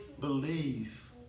believe